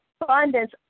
abundance